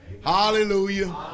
Hallelujah